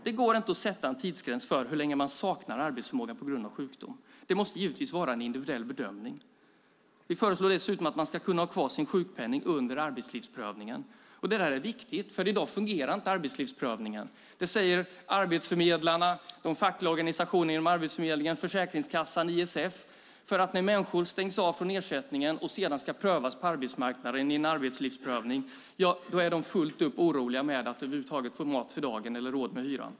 Det går inte att sätta en tidsgräns för hur länge man saknar arbetsförmåga på grund av sjukdom. Det måste givetvis vara en individuell bedömning. Vi föreslår dessutom att man ska kunna ha kvar sin sjukpenning under arbetslivsprövningen. Detta är viktigt. I dag fungerar inte arbetslivsprövningen. Det säger arbetsförmedlarna, de fackliga organisationerna inom Arbetsförmedlingen, Försäkringskassan och ISF. När människor stängs av från ersättningen och sedan ska prövas på arbetsmarknaden i en arbetslivsprövning är de fullt upp oroliga för att över huvud taget få mat för dagen eller råd med hyran.